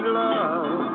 love